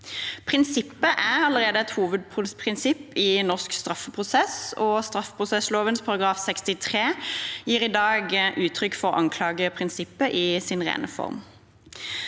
Prinsippet er allerede et hovedprinsipp i norsk straffeprosess, og straffeprosessloven § 63 gir i dag uttrykk for anklageprinsippet i sin rene form.